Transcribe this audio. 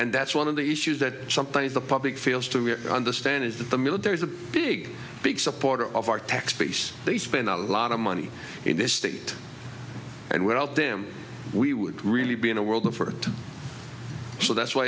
and that's one of the issues that sometimes the public feels to understand is that the military is a big big supporter of our tax base they spend a lot of money in this state and without them we would really be in a world of hurt so that's why